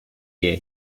year